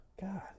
God